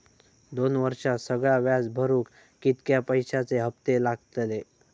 दोन वर्षात सगळा व्याज भरुक कितक्या पैश्यांचे हप्ते लागतले?